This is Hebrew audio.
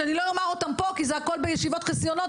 שאני לא אומר אותם פה כי זה הכול בישיבות חסויות,